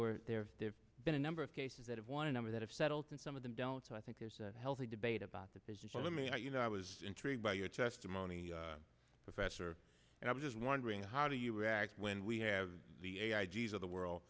were there there's been a number of cases that have won a number that have settled and some of them don't so i think there's a healthy debate about that position let me you know i was intrigued by your testimony professor and i'm just wondering how do you react when we have the a r g s of the world